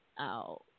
out